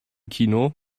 kino